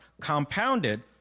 compounded